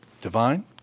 divine